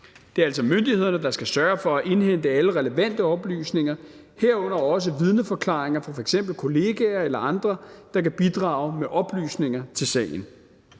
Det er altså myndighederne, der skal sørge for at indhente alle relevante oplysninger, herunder også vidneforklaringer fra f.eks. kollegaer eller andre, der kan bidrage med oplysninger til sagen.